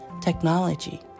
technology